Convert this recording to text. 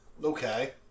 Okay